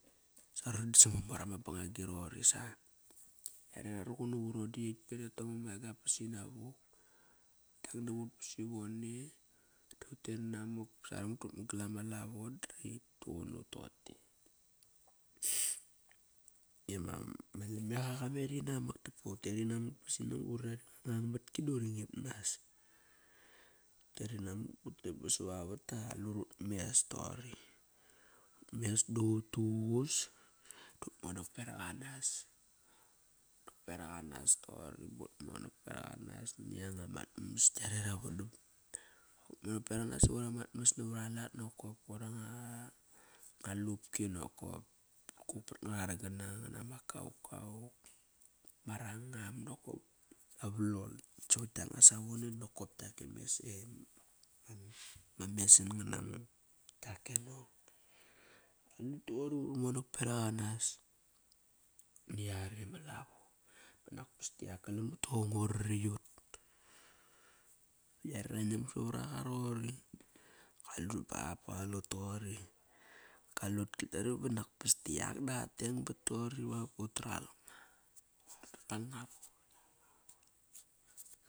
Sa ran sama mor ama bangagi roqori sa, yare ra ruqun nut iva uron da yet e. Tamome nagap ba sinavuk. Dangdamut ba sivone dut ter inamak ba saro mak dut man gal ama lavo darit tuqun nut toqote ime ma lameqa qameri namak. Dapa utet inamak basa urani anga nganga matki duri ngip nas. Uteri inamak ba sava vat ola qalut ut mes toqori. Utmes duququ vat duququs dut monak bevak anas. Ut kuk bevak anas na yanga mat mas kiare ravodam. Ut monak berak anas iqoir angot mas navar alat. Qoir anga lupki nokop, ma kut pat ngararang gana ngana ma kaukau ma rangam nakop, ma valol nakt savat kiana savone nokop kiak e mesan, me mesan ngana ma kiak e nong. Ngu monak beraq anas nguana yare ma lavo bonak vas diak galam mut toqori qa rarat ut. Yone ra nam savar aqa roqori. Qalut bap ba qalut toqori. Kalut gal kiane banak pas di ak nak. Kat naing bat toqori va gat tal nga.